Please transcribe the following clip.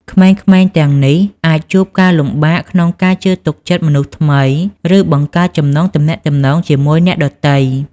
ក្មេងៗទាំងនេះអាចជួបការលំបាកក្នុងការជឿទុកចិត្តមនុស្សថ្មី ឬបង្កើតចំណងទំនាក់ទំនងជាមួយអ្នកដទៃ។